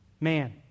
man